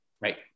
Right